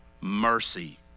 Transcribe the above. mercy